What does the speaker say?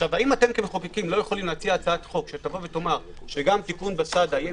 האם אתם כמחוקקים לא יכולים להציע הצעת חוק שתאמר שגם תיקון בסד"א יהיה?